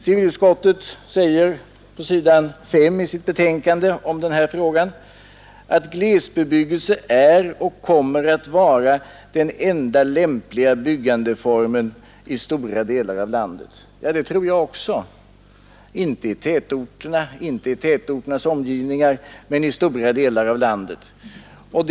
Civilutskottet säger på s. 5 i sitt betänkande nr 26: ”Glesbebyggelse är och kommer att vara den enda lämpliga byggandeformen i stora delar av landet.” Det tror jag också, men inte i tätorterna och inte heller i tätorternas omgivningar; däremot i stora delar av det övriga landet.